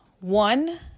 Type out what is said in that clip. One